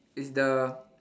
it's the